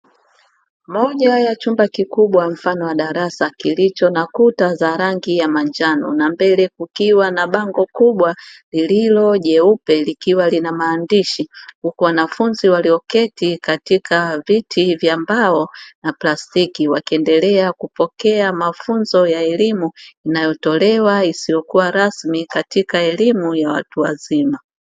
Moja ya chumba kikubwa mfano wa darasa kilicho na kuta za rangi ya manjano na mbele kukiwa na bango kubwa lililo jeupe likiwa lina maandishi, huku wanafunzi walioketi katika viti vya mbao na plastiki wakiendelea kupokea mafunzo ya elimu inayotolewa isiyokuwa rasmi katika elimu ya watu wazima.